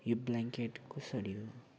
यो ब्ल्याङ्केट कसरी हो